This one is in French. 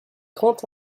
grand